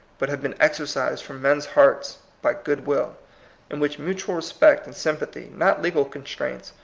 but have been exorcised from men's hearts by good will in which mutual respect and sym pathy, not legal constraints,